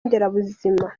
nderabuzima